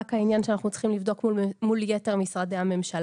רק העניין שאנחנו צריכים לבדוק מול יתר משרדי הממשלה.